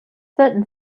certain